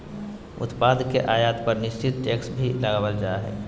उत्पाद के आयात पर निश्चित टैक्स भी लगावल जा हय